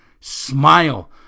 Smile